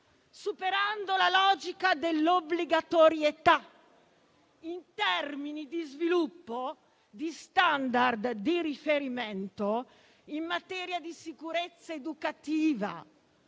superando la logica dell'obbligatorietà, in termini di sviluppo di *standard* di riferimento in materia di sicurezza educativa,